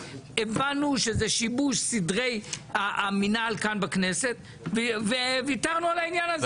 הבנו שזה שיבוש סדרי המינהל כאן בכנסת וויתרנו על העניין הזה.